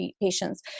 patients